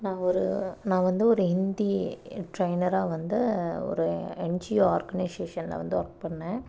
நான் ஒரு நான் வந்து ஒரு ஹிந்தி ட்ரெய்னராக வந்து ஒரு என்ஜிஓ ஆர்கனிசேஷன்ல வந்து ஒர்க் பண்ணேன்